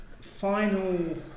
Final